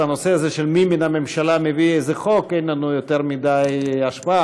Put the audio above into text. שבנושא הזה של מי מהממשלה מביא איזה חוק אין לנו יותר מדי השפעה.